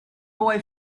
boy